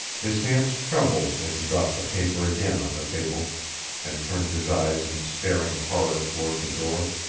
his hands trembled and he dropped the paper again on the table and turned his eyes in staring horror toward the door.